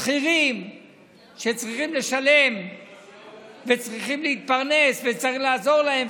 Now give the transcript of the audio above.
שכירים שצריכים לשלם וצריכים להתפרנס וצריך לעזור להם.